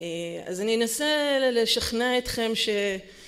אז אני אנסה לשכנע אתכם ש..